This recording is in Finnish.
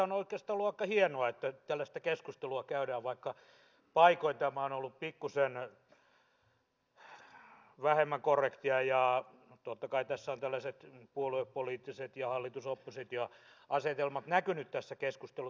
on oikeastaan ollut aika hienoa että tämmöistä keskustelua käydään vaikka paikoin tämä on ollut pikkuisen vähemmän korrektia ja totta kai tässä keskustelussa ovat tällaiset puoluepoliittiset ja hallitusoppositio asetelmat näkyneet